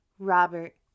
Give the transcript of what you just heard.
Robert